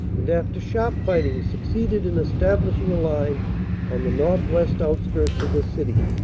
and after sharp fighting suc ceeded in establishing a line on the northwest outskirts of the city.